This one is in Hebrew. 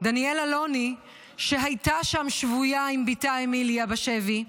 דניאל אלוני שהייתה שם עם בתה אמיליה בשבי.